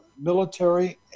military